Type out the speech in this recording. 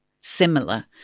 similar